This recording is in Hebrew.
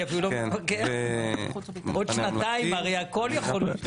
אני אפילו לא מתווכח, עוד שנתיים הכל יכול להיות.